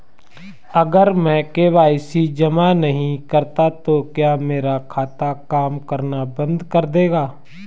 अगर मैं के.वाई.सी जमा नहीं करता तो क्या मेरा खाता काम करना बंद कर देगा?